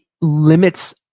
limits